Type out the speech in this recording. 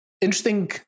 interesting